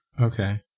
Okay